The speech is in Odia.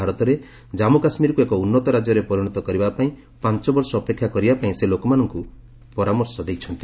ଭାରତରେ ଜାମ୍ମୁ କାଶ୍ମୀରକୁ ଏକ ଉନ୍ନତ ରାଜ୍ୟରେ ପରିଣତ କରିବା ପାଇଁ ପାଞ୍ଚ ବର୍ଷ ଅପେକ୍ଷା କରିବା ପାଇଁ ସେ ଲୋକମାନଙ୍କୁ ପରାମର୍ଶ ଦେଇଛନ୍ତି